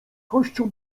kością